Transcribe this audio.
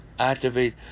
Activate